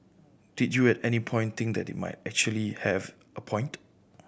did you at any point think that they might actually have a point